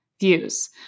Views